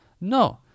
No